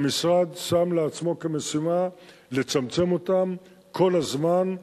המשרד שם לעצמו כמשימה לצמצם אותם כל הזמן,